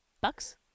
Bucks